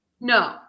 No